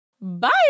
Bye